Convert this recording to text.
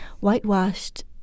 whitewashed